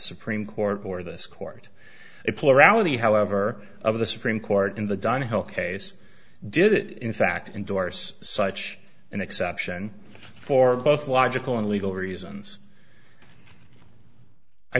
supreme court or this court a plurality however of the supreme court in the dining hall case did in fact endorse such an exception for both logical and legal reasons i